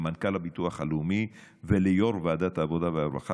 ולמנכ"ל הביטוח הלאומי וליו"ר ועדת העבודה והרווחה